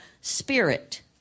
spirit